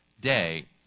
day